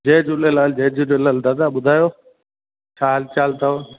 जय झूलेलाल जय झूलेलाल दादा ॿुधायो छा हालु चालु अथव